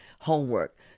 homework